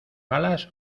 alas